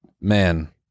man